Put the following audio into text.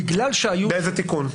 בגלל שהיו --- באיזה תיקון?